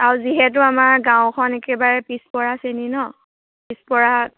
আৰু যিহেতু আমাৰ গাঁওখন একেবাৰে পিছপৰা শ্ৰেণীৰ ন পিছপৰা